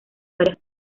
varias